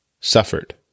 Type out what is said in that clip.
suffered